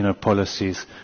policies